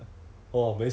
ah